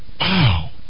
Wow